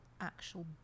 actual